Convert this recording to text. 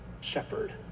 shepherd